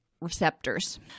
receptors